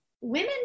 women